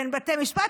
ואין בתי משפט,